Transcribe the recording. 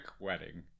Wedding